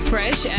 Fresh